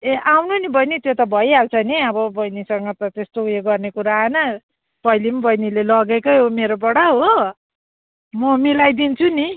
ए आउनु नि बहिनी त्यो त भइहाल्छ नि अब बहिनीसँग त त्यस्तो उयो गर्ने कुरा आएन पहिले पनि बहिनीले लगेकै हो मेरोबाट हो म मिलाइदिन्छु नि